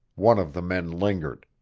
one of the men lingered.